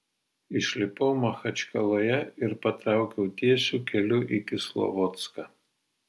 išlipau machačkaloje ir patraukiau tiesiu keliu į kislovodską